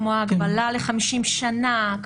כמו ההגבלה ל-50 שנה,